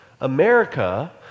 America